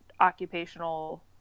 occupational